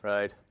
Right